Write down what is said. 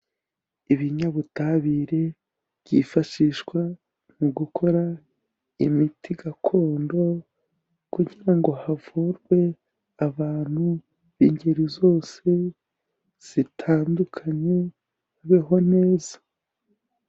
Ibinyabutabire byifashishwa mu gukora imiti gakondo kugira ngo havurwe abantu b'ingeri zose zitandukanye habeho neza.